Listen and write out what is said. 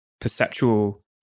perceptual